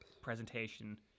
presentation